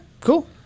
cool